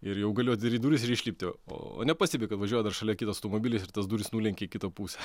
ir jau galiu atidaryt duris ir išlipti o nepastebi kad važiuoja dar šalia kitas automobilis ir tos durys nulenkė į kitą pusę